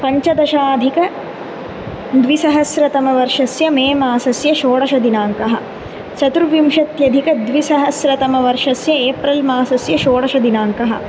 पञ्चदशाधिकद्विसहस्रतमवर्षस्य May मासस्य षोडशदिनाङ्कः चतुर्विंशत्यधिकद्विसहस्रतमवर्षस्य एप्रिल् मासस्य षोडशदिनाङ्कः